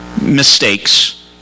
Mistakes